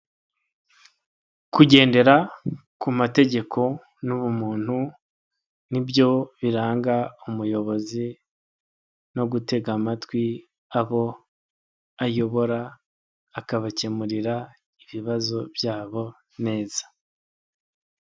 Kugendera ku mategeko n'ubumuntu ni byo biranga umuyobozi no gutega amatwi abo ayobora akabakemurira ibibazo byabo neza.